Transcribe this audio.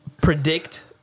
predict